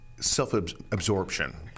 self-absorption